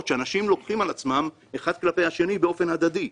שאנשים לוקחים על עצמם אחד כלפי השני באופן הדדי.